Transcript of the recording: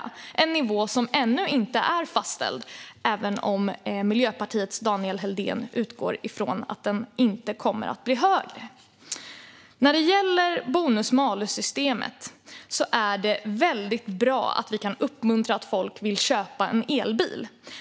Det är en nivå som ännu inte är fastställd, även om Miljöpartiets Daniel Helldén utgår ifrån att den inte kommer att bli högre. När det gäller bonus malus-systemet är det väldigt bra att vi kan uppmuntra folk att köpa en elbil.